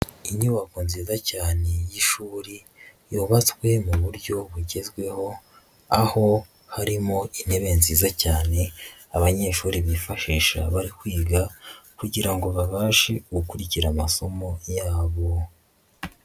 Inyubako nziza cyane y'ishuri, yubatswe mu buryo bugezweho, aho harimo intebe nziza cyane abanyeshuri bifashisha bari kwiga kugira ngo babashe gukurikira amasomo yabo.